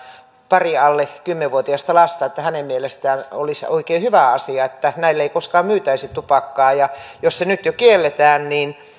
pari alle kymmenvuotiasta lasta sanoi että hänen mielestään olisi oikein hyvä asia että näille ei koskaan myytäisi tupakkaa ja jos se nyt jo kielletään niin